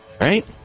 right